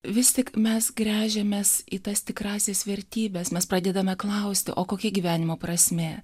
vis tik mes gręžiamės į tas tikrąsias vertybes mes pradėdame klausti o kokia gyvenimo prasmė